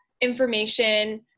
information